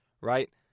right